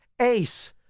Ace